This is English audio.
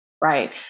Right